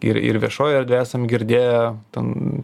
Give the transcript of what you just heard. ir ir viešojoj erdvėj esam girdėję ten